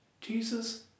Jesus